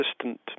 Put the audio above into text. assistant